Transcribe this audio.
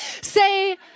say